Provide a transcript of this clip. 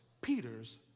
Peter's